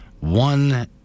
one